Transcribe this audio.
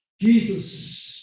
Jesus